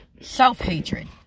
Self-hatred